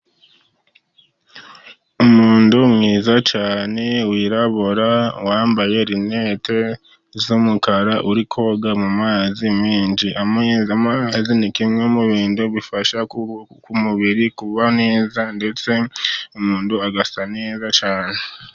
Umuntu mwiza cyane wirabura, wambaye rinete z'umukara, uri koga mu mazi menshi. Amazi ni kimwe mu bintu bifasha umubiri kuba neza, ndetse umuntu agasa neza cyane.